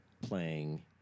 playing